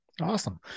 Awesome